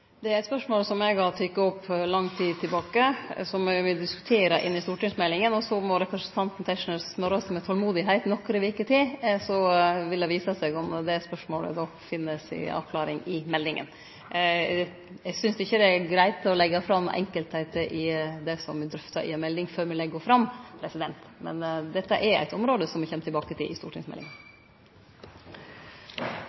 Det er eit spørsmål som eg har teke opp for lenge sidan, og som me diskuterer i stortingsmeldinga. Representanten Tetzschner må smørje seg med tolmod nokre veker til, og så vil det vise seg om det spørsmålet finn si avklaring i meldinga. Eg synest ikkje det er greitt å leggje fram enkeltheiter i det som me drøftar i ei melding, før me legg ho fram, men dette er eit område som me kjem tilbake til i stortingsmeldinga.